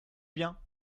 bien